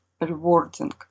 rewarding